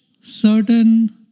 certain